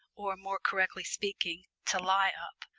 or, more correctly speaking, to lie up,